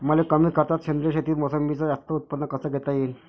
मले कमी खर्चात सेंद्रीय शेतीत मोसंबीचं जास्त उत्पन्न कस घेता येईन?